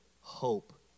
hope